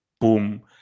boom